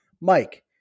Mike